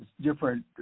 different